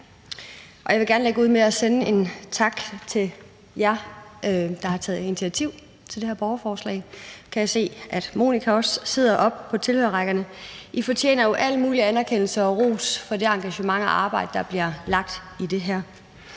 jeg vil gerne lægge ud med at sende en tak til jer, der har taget initiativ til det her borgerforslag. Jeg kan se, at Monica også sidder oppe på tilhørerrækkerne. I fortjener jo al mulig anerkendelse og ros for det engagement og arbejde, der bliver lagt i det her.